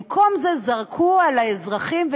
במקום זה זרקו על האזרחים,